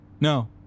No